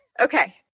Okay